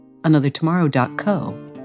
anothertomorrow.co